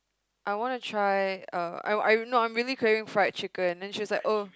I wanna try uh I'm I no I'm really craving fried chicken then she was like oh